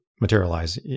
materialize